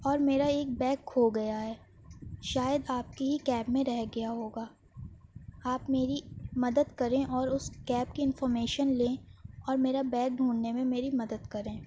اور میرا ایک بیگ کھو گیا ہے شاید آپ کی ہی کیب میں رہ گیا ہوگا آپ میری مدد کریں اور اس کیب کی انفارمیشن لیں اور میرا بیگ ڈھونڈھنے میں میری مدد کریں